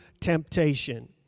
temptation